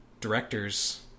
director's